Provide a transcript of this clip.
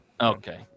Okay